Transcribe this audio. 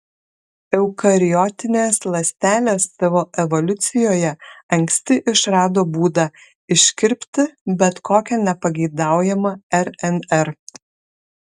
eukariotinės ląstelės savo evoliucijoje anksti išrado būdą iškirpti bet kokią nepageidaujamą rnr